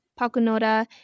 Pakunoda